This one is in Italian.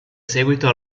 seguito